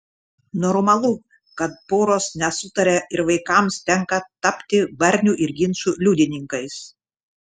normalu kad poros nesutaria ir vaikams tenka tapti barnių ir ginčų liudininkais